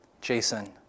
Jason